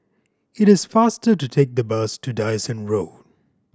it is faster to take the bus to Dyson Road